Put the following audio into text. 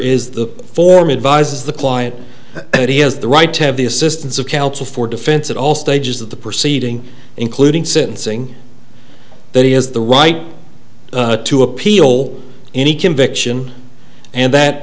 is the form advise the client and he has the right to have the assistance of counsel for defense at all stages of the proceeding including sentencing that he has the right to appeal any conviction and that